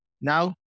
now